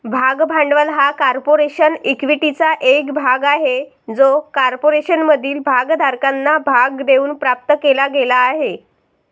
भाग भांडवल हा कॉर्पोरेशन इक्विटीचा एक भाग आहे जो कॉर्पोरेशनमधील भागधारकांना भाग देऊन प्राप्त केला गेला आहे